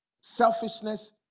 Selfishness